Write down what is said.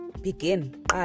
begin